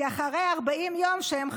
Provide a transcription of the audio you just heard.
כי אחרי 40 יום, כשהם חזרו,